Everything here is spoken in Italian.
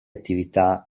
attività